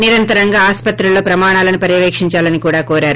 నిరంతరంగా ఆస్పత్రుల్లో ప్రమాణాలను పర్యవేకించాలని కూడా కోరారు